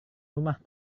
rumah